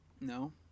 No